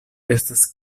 estas